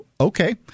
okay